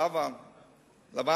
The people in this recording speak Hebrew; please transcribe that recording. לבן הארמי.